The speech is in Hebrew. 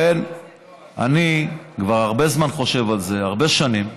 אני כבר הרבה זמן חושב על זה, הרבה שנים.